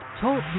Talk